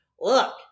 Look